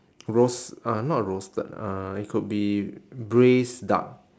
roas~ uh not roasted uh it could be braised duck